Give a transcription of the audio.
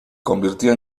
convirtió